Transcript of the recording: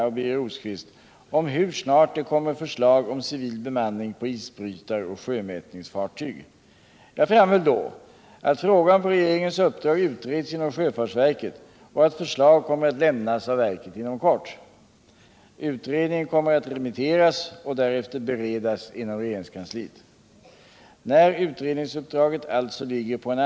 Därför återkommer jag och ställer följande frågor: Anser kommunikationsministern att det ur sjösäkerhetssynpunkt är riktigt att bemanna isbrytarna med därtill kommenderad värnpliktig personal utan erfarenhet av tidigare sjötjänst? Anser kommunikationsministern att bemanning med erfarna civila sjömän skulle främja effektiviteten vid sjömätning och isbrytarassistens?